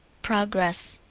progress.